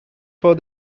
for